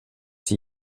sie